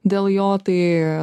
dėl jo tai